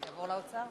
יעבור לאוצר?